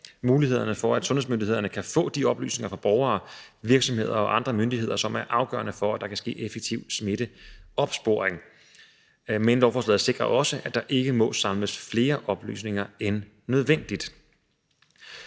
mulighederne for, at sundhedsmyndighederne kan få de oplysninger fra borgere, virksomheder og andre myndigheder, som er afgørende for, at der kan ske effektiv smitteopsporing. Men lovforslaget sikrer også, at der ikke må samles flere oplysninger end nødvendigt.